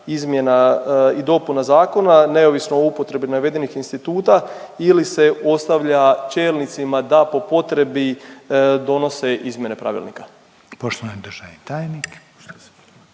izmjena i dopuna zakona neovisno o upotrebi navedenih instituta ili se postavlja čelnicima da po potrebi donose izmjene Pravilnika.